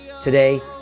Today